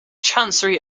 chancery